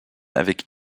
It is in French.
avec